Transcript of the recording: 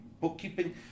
bookkeeping